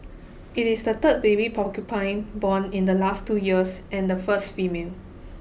it is the third baby porcupine born in the last two years and the first female